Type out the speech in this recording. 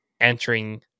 entering